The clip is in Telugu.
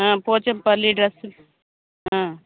పోచంపల్లి డ్రెస్సు